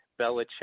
Belichick